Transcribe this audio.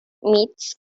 myths